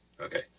Okay